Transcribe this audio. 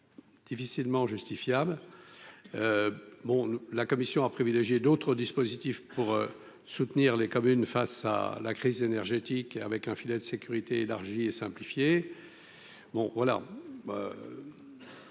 difficilement justifiables bon la Commission à privilégier d'autres dispositifs pour soutenir les communes face à la crise énergétique et avec un filet de sécurité élargi et simplifié,